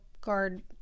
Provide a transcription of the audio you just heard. Guard